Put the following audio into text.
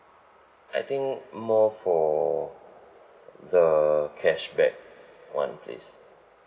I think more for the cashback one please